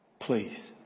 please